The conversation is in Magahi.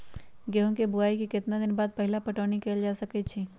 गेंहू के बोआई के केतना दिन बाद पहिला पटौनी कैल जा सकैछि?